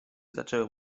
zaczęły